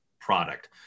product